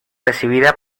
recibida